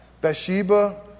Bathsheba